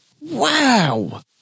Wow